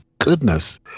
goodness